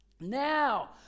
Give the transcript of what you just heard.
Now